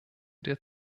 der